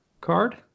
card